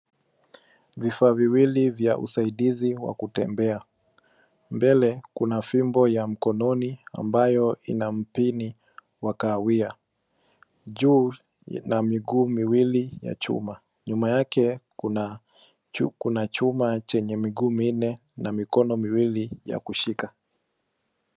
Vifaa viwili vya usaidizi wa kutembea. Mbele kuna fimbo ya mkononi ambayo ina mpini wa kahawia. Juu kina miguuu miwili ya chuma. Nyuma yake kuna chuma chenye miguu minne na mikono miwili ya kushika.